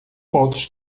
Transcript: pontos